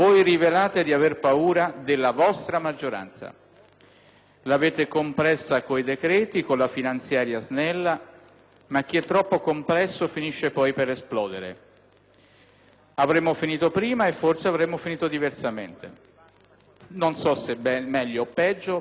L'avete compressa con i decreti, con la finanziaria "snella", ma chi è troppo compresso finisce poi per esplodere. Avremmo finito prima e, forse, avremmo finito diversamente. Non so se meglio o peggio, però potevamo decidere in maggiore libertà.